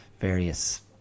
various